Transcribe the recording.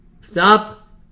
Stop